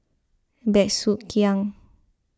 Bey Soo Khiang